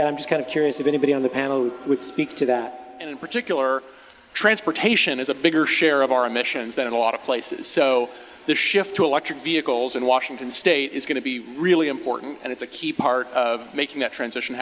and i'm just kind of curious if anybody on the panel would speak to that and in particular transportation is a bigger share of our emissions than a lot of places so the shift to electric vehicles in washington state is going to be really important and it's a key part of making that transition